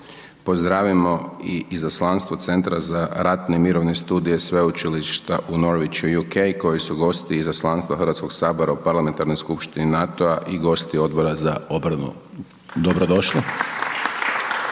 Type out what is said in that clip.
Pozdravimo i izaslanstvo Centra za ratne i mirovne studije Sveučilišta u Norwich UK koji su gosti izaslanstva Hrvatskog sabora u parlamentarnoj skupštini NATO-a i gosti Odbora za obranu, dobrodošli.